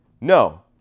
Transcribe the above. No